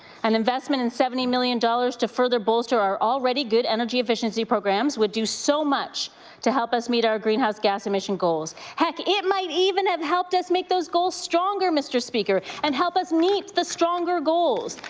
an investment in seventy million dollars to further bolster our already good energy efficiency programs would do so much to help us meet our greenhouse gas emission goals. heck, it might even have helped us make those goals stronger, mr. speaker and help us meet the stronger goals,